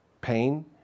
pain